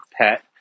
pet